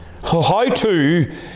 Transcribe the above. How-to